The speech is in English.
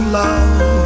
love